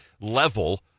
level